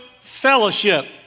fellowship